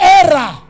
error